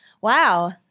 Wow